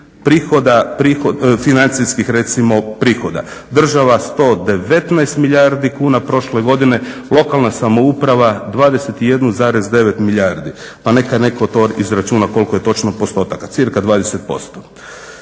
prihoda, financijskih recimo prihoda. Država 119 milijardi kuna prošle godine, lokalna samouprava 21, 9 milijardi, pa neka neko to izračuna, koliko je točno postotaka, cirka 20%.